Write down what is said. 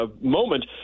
moment